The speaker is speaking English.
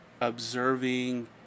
observing